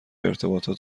ارتباطات